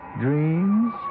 dreams